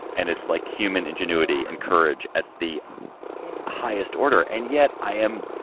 and it's like human ingenuity and courage at the highest order. and yet i am.